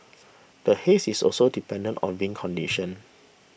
the haze is also dependent on wind conditions